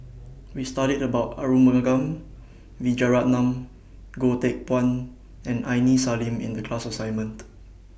We studied about Arumugam Vijiaratnam Goh Teck Phuan and Aini Salim in The class assignment